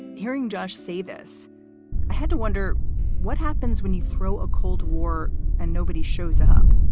hearing josh say this had to wonder what happens when you throw a cold war and nobody shows up.